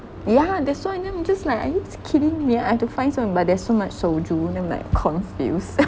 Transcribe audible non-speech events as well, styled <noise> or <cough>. yeah that's why then I'm just like are you kidding me I have to find some but there's so much soju then I'm like confused <laughs>